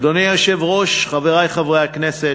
אדוני היושב-ראש, חברי חברי הכנסת,